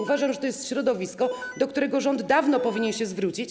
Uważam, że to jest środowisko, do którego rząd dawno powinien się zwrócić.